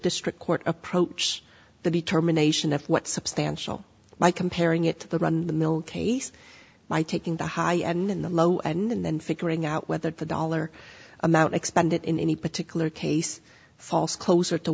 district court approach the terminations of what substantial like comparing it to the run the mill case by taking the high end in the low end and then figuring out whether the dollar amount expended in any particular case false closer to